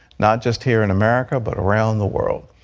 not just here in america, but around the world.